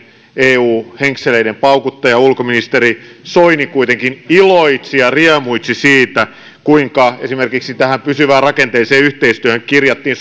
eu henkseleiden paukuttaja ulkoministeri soini kuitenkin iloitsi ja riemuitsi siitä kuinka esimerkiksi tähän pysyvään rakenteelliseen yhteistyöhön kirjattiin